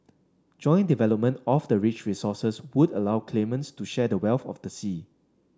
joint development of the rich resources would allow claimants to share the wealth of the sea